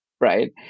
right